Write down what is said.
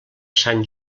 sant